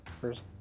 first